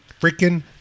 freaking